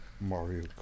Mario